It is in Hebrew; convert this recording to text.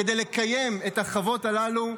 כדי לקיים את החוות הללו.